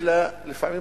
ולפעמים